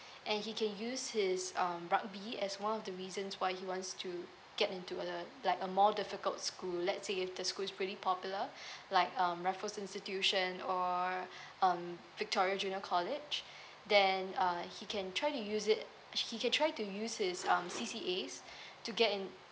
and he can use his um rugby as one of the reasons why he wants to get into the like a more difficult school let's say if the school is pretty popular like um raffles institution or um victoria junior college then uh he can try to use it he can try to use his um C_C_A to get in